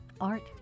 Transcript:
Art